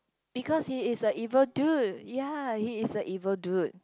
because he is a evil dude ya he is a evil dude